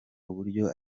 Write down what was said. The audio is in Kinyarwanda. uburyo